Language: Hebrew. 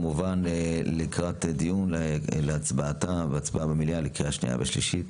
לקראת דיון להצבעתה במליאה לקריאה שנייה ושלישית.